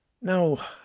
now